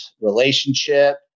relationship